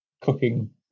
cooking